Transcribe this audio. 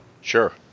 Sure